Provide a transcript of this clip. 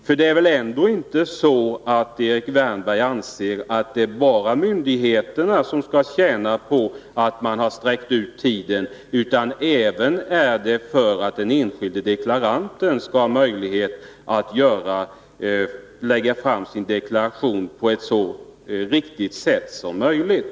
Erik Wärnberg anser väl ändå inte att det bara är myndigheterna som skall tjäna på att man sträcker ut tiden, utan man skulle väl göra det även för att ge den enskilde deklaranten möjlighet att lämna in en deklaration som är så korrekt som möjligt?